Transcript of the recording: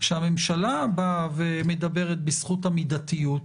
שהממשלה באה ומדברת בזכות המידתיות,